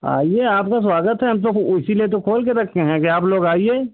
आइए आपका स्वागत है हम तो इसीलिए तो खोल के रखे हैं कि आप लोग आइए